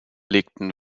legten